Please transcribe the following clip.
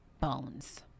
bones